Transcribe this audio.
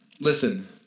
listen